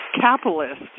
capitalist